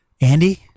Andy